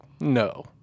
no